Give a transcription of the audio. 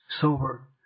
sober